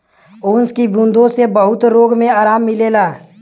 ओस की बूँदो से बहुत रोग मे आराम मिलेला